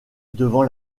devant